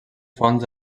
fonts